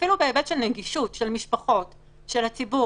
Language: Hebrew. אי-אפשר לעשות שם חלון.